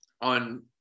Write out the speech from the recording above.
on